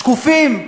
שקופים,